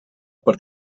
per